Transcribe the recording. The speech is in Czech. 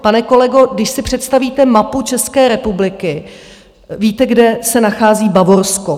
Pane kolego, když si představíte mapu České republiky, víte, kde se nachází Bavorsko.